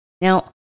Now